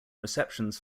receptions